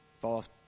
false